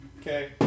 Okay